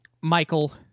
Michael